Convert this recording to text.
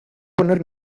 poner